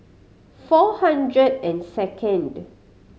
four hundred and second